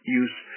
use